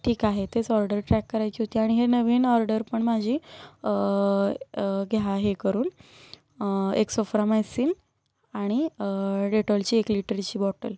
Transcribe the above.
ठीक आहे तेच ऑर्डर ट्रॅक करायची होती आणि हे नवीन ऑर्डर पण माझी घ्या हे करून एक सोफ्रामायसिन आणि डेटॉलची एक लिटरची बॉटल